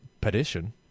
Petition